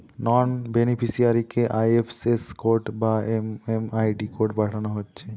নন বেনিফিসিয়ারিকে IFS code বা MMID code পাঠানা হচ্ছে